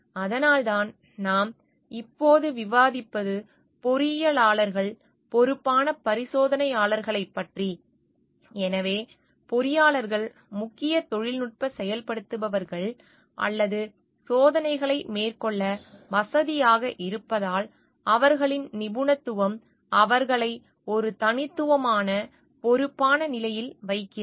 அதனால்தான் நாம் இப்போது விவாதிப்பது பொறியியலாளர்கள் பொறுப்பான பரிசோதனையாளர்களைப் பற்றி எனவே பொறியாளர்கள் முக்கிய தொழில்நுட்ப செயல்படுத்துபவர்கள் அல்லது சோதனைகளை மேற்கொள்ள வசதியாக இருப்பதால் அவர்களின் நிபுணத்துவம் அவர்களை ஒரு தனித்துவமான பொறுப்பான நிலையில் வைக்கிறது